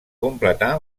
completar